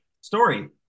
Story